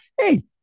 hey